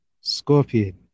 scorpion